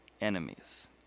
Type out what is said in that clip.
enemies